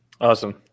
Awesome